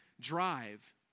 drive